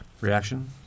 Reaction